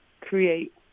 create